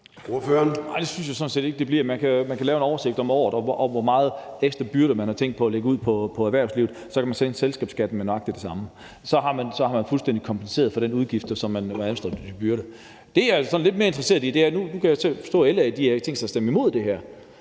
Nej, det synes jeg sådan set ikke det bliver. Man kan lave en oversigt om året over, hvor mange ekstra byrder man har tænkt sig at lægge på erhvervslivet, og så kan man sænke selskabsskatten med nøjagtig det samme. Så har man fuldstændig kompenseret for den udgift, som man administrativt vil pålægge som byrde. Det, jeg er sådan lidt mere interesseret i, er, at nu kan jeg så forstå, at LA har tænkt sig at stemme imod det her.